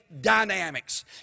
dynamics